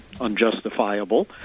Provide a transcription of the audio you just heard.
unjustifiable